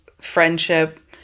friendship